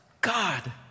God